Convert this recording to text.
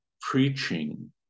preaching